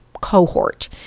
cohort